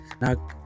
Now